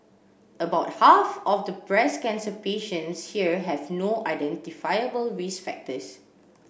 about half of the breast cancer patients here have no identifiable risk factors